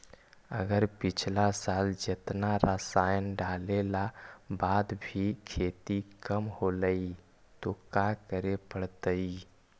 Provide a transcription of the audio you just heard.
अगर पिछला साल जेतना रासायन डालेला बाद भी खेती कम होलइ तो का करे पड़तई?